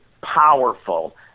powerful